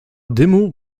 dymu